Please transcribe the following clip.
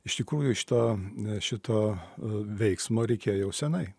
iš tikrųjų šito šito veiksmo reikėjo jau senai